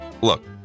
look